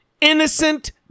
innocent